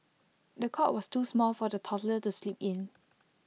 the cot was too small for the toddler to sleep in